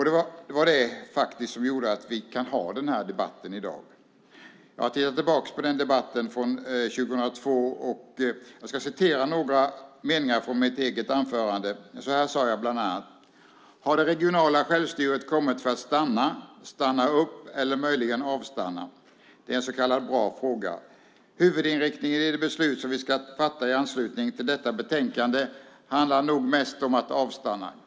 Det var faktiskt det som gjorde att vi kan ha den här debatten i dag, att vi är tillbaka till den debatten från 2002. Jag ska citera några meningar från mitt eget anförande. Jag sade bland annat så här: "Har det regionala självstyret kommit att stanna, stanna upp eller möjligen avstanna? Det är en s.k. bra fråga. Huvudinriktningen i det beslut som vi ska fatta i anslutning till detta betänkande handlar nog mest om att avstanna.